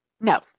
No